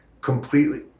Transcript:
completely